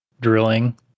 drilling